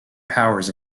powers